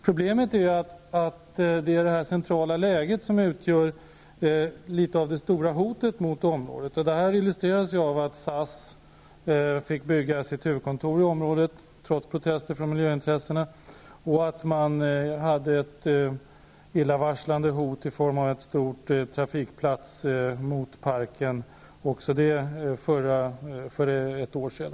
Problemet är att det centrala läget utgör ett stort hot mot området. Detta illustreras av att SAS fick bygga sitt huvudkontor i området, trots protester från miljöintressena, och det fanns för ett år sedan ett illavarslande hot i form av en planerad stor trafikplats vid parken.